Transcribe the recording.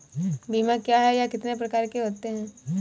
बीमा क्या है यह कितने प्रकार के होते हैं?